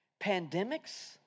pandemics